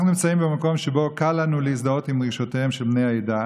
אנחנו נמצאים במקום שבו קל לנו להזדהות עם רגשותיהם של בני העדה